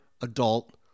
adult